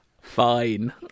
fine